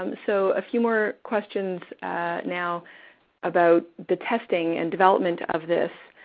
um so, a few more questions now about the testing and development of this.